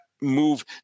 move